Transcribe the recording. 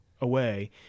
away